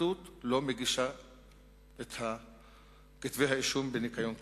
הפרקליטות לא מגישה את כתבי האישום בניקיון כפיים.